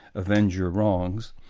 avenge your wrongs,